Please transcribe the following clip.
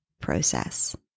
process